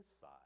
side